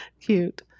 Cute